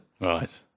Right